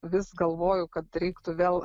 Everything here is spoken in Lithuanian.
vis galvoju kad reiktų vėl